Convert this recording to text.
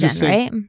right